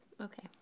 Okay